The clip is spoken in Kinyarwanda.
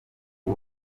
ngo